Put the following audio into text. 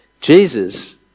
Jesus